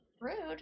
rude